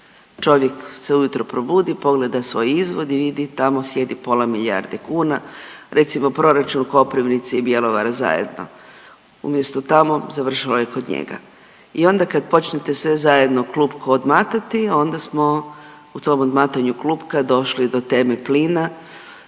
Čovjek se ujutro probudi, pogleda svoj izvod i vidi tamo sjedi pola milijarde kuna, recimo proračun Koprivnice i Bjelovara zajedno, umjesto tamo završilo je kod njega. I onda kad počnete sve zajedno klupko odmatati onda smo u tom odmatanju klupka došli do teme plina,